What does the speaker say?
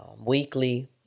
weekly